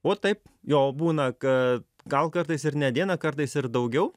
o taip jo būna kad gal kartais ir ne dieną kartais ir daugiau